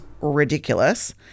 ridiculous